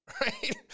right